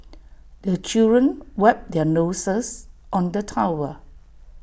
the children wipe their noses on the towel